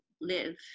live